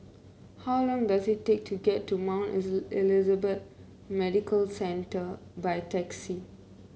how long does it take to get to Mount Elizabeth Medical Centre by taxi